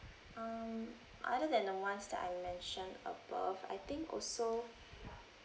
um other than the ones that I mentioned above I think also